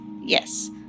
Yes